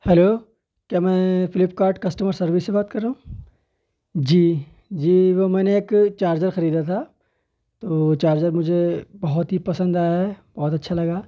hello کیا میں Flipkart customer service سے بات کر رہا ہوں جی جی وہ میں نے ایک چارجر خریدا تھا تو چارجر مجھے بہت ہی پسند آیا ہے بہت اچھا لگا